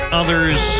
others